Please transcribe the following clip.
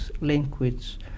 language